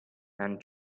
and